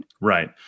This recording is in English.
Right